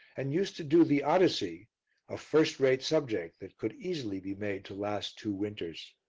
and used to do the odyssey a first-rate subject that could easily be made to last two winters.